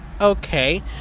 Okay